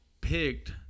picked